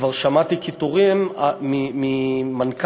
כבר שמעתי קיטורים ממנכ"לים,